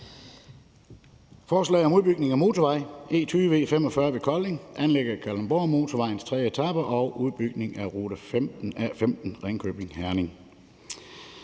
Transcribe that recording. forslag om udbygning af motorvej E20/E45 ved Kolding, anlæg af Kalundborgmotorvejens tredje etape og udbygning af rute 15, Ringkøbing-Herning.